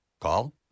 Call